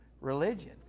religion